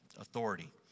authority